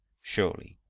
surely,